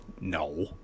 No